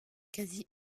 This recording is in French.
quasi